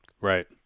Right